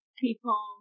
people